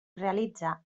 realitza